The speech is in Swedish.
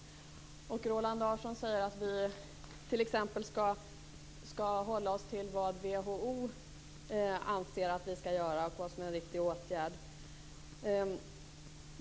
Roland Larsson säger vidare att vi skall hålla oss till det som WHO anser att vi skall göra och till det som enligt WHO är riktiga åtgärder.